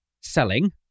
selling